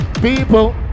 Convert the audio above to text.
People